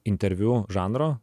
interviu žanro